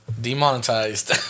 demonetized